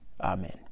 Amen